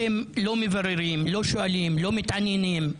אתם לא מבררים, לא שואלים, לא מתעניינים,